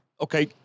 Okay